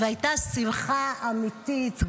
והייתה שמחה אמיתית,